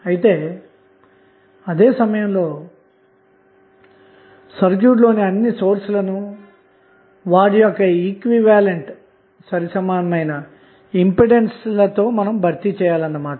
అయితే అదే సమయంలో సర్క్యూట్లోని అన్ని సోర్స్ లను వాటి యొక్క ఈక్వివలెంట్ ఇంపెడెన్స్ లతో భర్తీ చేయాలన్నమాట